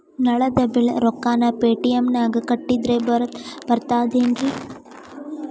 ನಳದ್ ಬಿಲ್ ರೊಕ್ಕನಾ ಪೇಟಿಎಂ ನಾಗ ಕಟ್ಟದ್ರೆ ಬರ್ತಾದೇನ್ರಿ?